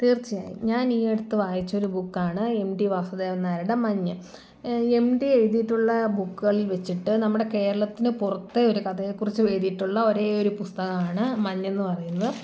തീർച്ചയായും ഞാൻ ഈ അടുത്തു വായിച്ചൊരു ബുക്ക് ആണ് എം ടി വാസുദേവൻ നായരുടെ മഞ്ഞ് എം ടി എഴുതിയിട്ടുള്ള ബുക്കുകളിൽ വെച്ചിട്ട് നമ്മുടെ കേരളത്തിന് പുറത്തെ ഒരു കഥയെക്കുറിച്ച് എഴുതിയിട്ടുള്ള ഒരേയൊരു പുസ്തകമാണ് മഞ്ഞ് എന്ന് പറയുന്നത്